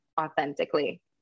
authentically